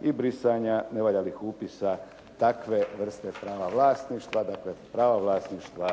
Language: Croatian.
i brisanja nevaljalih upisa takve vrste prava vlasništva. Dakle, prava vlasništva